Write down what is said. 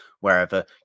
wherever